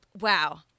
wow